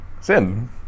Sin